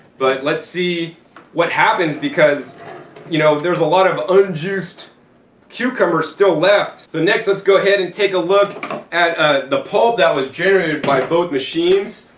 but let's see what happens. because you know there's a lot of unjuiced cucumber still left. so next let's go ahead and take a look at ah the pulp that was generated by both machines.